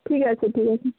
ঠিক আছে ঠিক আছে